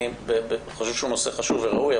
אני חושב שהוא נושא חשוב וראוי,